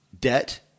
debt